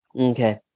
Okay